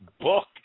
Booked